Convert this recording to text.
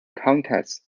contacts